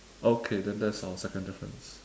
okay then that's our second difference